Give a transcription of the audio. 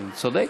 צודק.